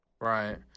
Right